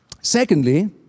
Secondly